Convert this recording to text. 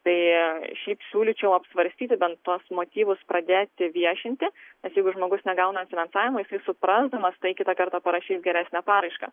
tai siūlyčiau apsvarstyti bent tuos motyvus pradėti viešinti nes jeigu žmogus negauna finansavimo jisai suprasdamas tai kitą kartą parašys geresnę paraišką